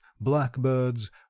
blackbirds